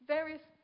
Various